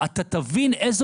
אתה תבין איזה